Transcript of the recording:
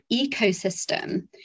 ecosystem